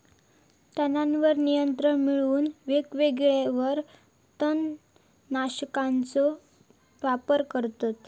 तणावर नियंत्रण मिळवूक वेळेवेळेवर तण नाशकांचो वापर करतत